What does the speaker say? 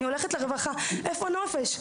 אני שואלת ברווחה: איפה הנופש?